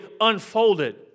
unfolded